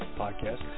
podcast